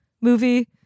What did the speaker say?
movie